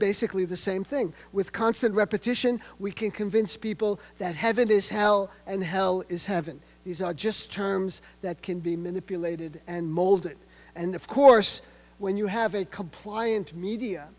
basically the same thing with constant repetition we can convince people that having this how and hell is heaven these are just terms that can be manipulated and molded and of course when you have a compliant media